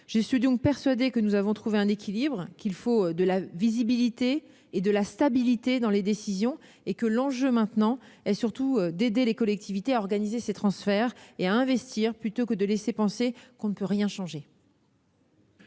suis donc persuadée que nous avons trouvé un équilibre, qu'il faut de la visibilité et de la stabilité dans les décisions. L'enjeu maintenant est surtout d'aider les collectivités à organiser ces transferts et à investir, plutôt que de laisser penser que l'on ne peut rien changer.